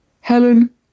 Helen